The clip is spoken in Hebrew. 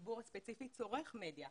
הציבור הספציפי צורך מדיה,